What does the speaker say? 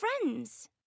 friends